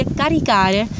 caricare